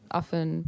often